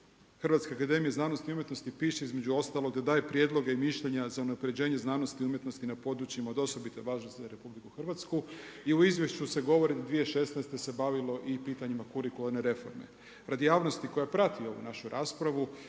Hrvatske akademije i umjetnosti piše između ostalog daje prijedloge i mišljenja za unapređenje znanosti i umjetnosti na područjima od osobite važnosti za RH. I u izvješću se govori da 2016. se bavilo i pitanjima kurikularne reforme. Radi javnosti koja prati ovu našu raspravu